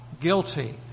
guilty